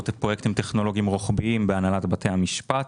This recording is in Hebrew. פרויקטים טכנולוגיים רוחביים בהנהלת בתי המשפט.